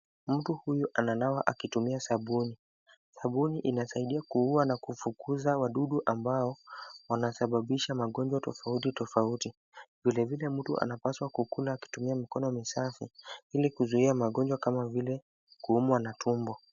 Mtu huyu ananawa akitumia sabuni. Sabuni inasaidia kuua na kufukuza wadudu ambao wanasababisha magonjwa tofauti tofauti. Vile vile mtu anapaswa kukula akitumia mikono misafi ili kuzuia magonjwa kama vile kuumwa na tumbo.